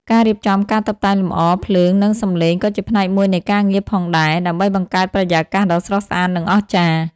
ការរៀបចំការតុបតែងលម្អ ភ្លើង និងសំឡេងក៏ជាផ្នែកមួយនៃការងារផងដែរ ដើម្បីបង្កើតបរិយាកាសដ៏ស្រស់ស្អាត និងអស្ចារ្យ។